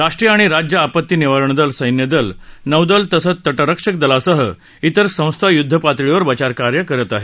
राष्ट्रीय आणि राज्य आपती निवारण दल सैन्यदल नौदल तसंच तटरक्षक दलासह इतर संस्था य्द्धपातळीवर बचाव कार्य करत आहेत